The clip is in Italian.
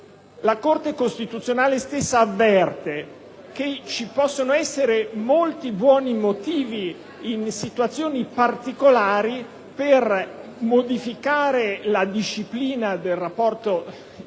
La Corte costituzionale stessa avverte che ci possono essere molti buoni motivi, in situazioni particolari, per modificare la disciplina del rapporto in questione